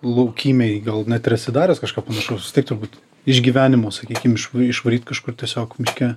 laukymėj gal net ir esi daręs kažką panašaus vis tiek turbūt išgyvenimo sakykim iš išvaryt kažkur tiesiog miške